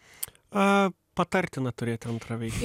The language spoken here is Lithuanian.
a patartina turėti antrą veiklą